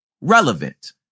relevant